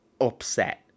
upset